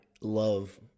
love